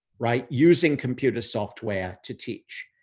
right, using computer software to teach.